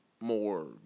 more